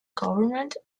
government